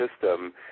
system